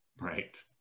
right